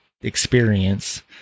experience